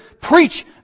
preach